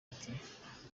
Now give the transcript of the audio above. ati